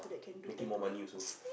making more money also